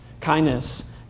kindness